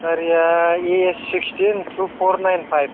गारिया A S sixteen two पर nine five